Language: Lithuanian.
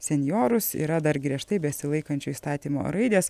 senjorus yra dar griežtai besilaikančių įstatymo raidės